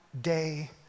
day